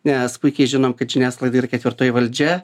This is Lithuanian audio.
nes puikiai žinom kad žiniasklaida yra ketvirtoji valdžia